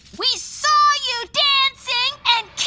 we saw you dancing and